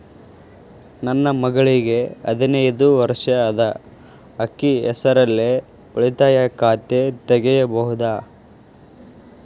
ನನ್ನ ಮಗಳಿಗೆ ಹದಿನೈದು ವರ್ಷ ಅದ ಅಕ್ಕಿ ಹೆಸರಲ್ಲೇ ಉಳಿತಾಯ ಖಾತೆ ತೆಗೆಯಬಹುದಾ?